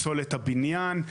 פסולת הבניין,